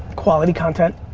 quality content,